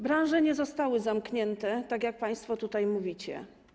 Branże nie zostały zamknięte, tak jak państwo tutaj mówicie.